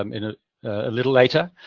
i mean ah a little later.